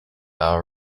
are